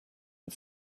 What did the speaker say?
and